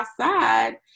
outside